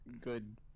good